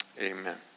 Amen